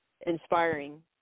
inspiring